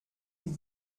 mit